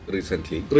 Recently